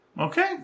Okay